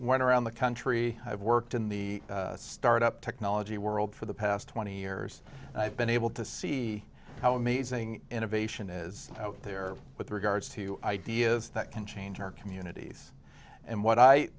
went around the country i've worked in the startup technology world for the past twenty years and i've been able to see how amazing innovation is out there with regards to ideas that can change our communities and what i